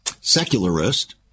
secularist